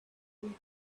you